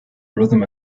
rhythm